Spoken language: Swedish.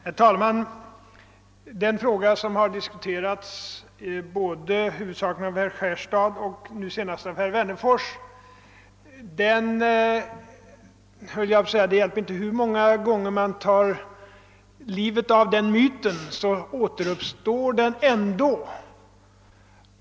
Herr talman! Nu senast var herr Wennerfors inne på den fråga som här huvudsakligen diskuterats av herr Johansson i Skärstad. Jag skulle nästan vilja säga, att det hjälper inte hur många gånger man tar död på denna myt — den återuppstår ändå.